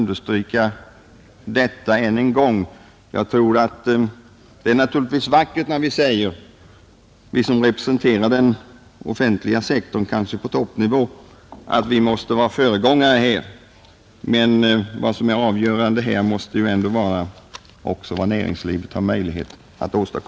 Detta vill jag understryka ännu en gång.